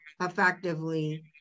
effectively